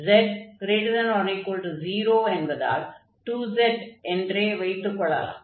z≥0 என்பதால் 2z என்றே வைத்துக் கொள்ளலாம்